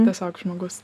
tiesiog žmogus